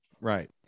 right